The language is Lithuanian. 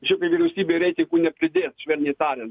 šitai vyriausybei reitingų nepridės švelniai tariant